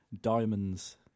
diamonds